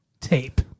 tape